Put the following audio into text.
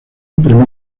premio